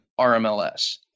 RMLS